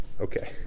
Okay